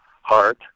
heart